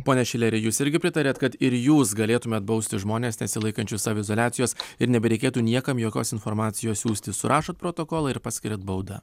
pone šileri jūs irgi pritariat kad ir jūs galėtumėt bausti žmones nesilaikančius saviizoliacijos ir nebereikėtų niekam jokios informacijos siųsti surašot protokolą ir paskiriat baudą